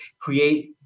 create